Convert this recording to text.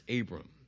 Abram